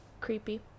creepy